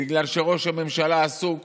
בגלל שראש הממשלה עסוק